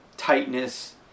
tightness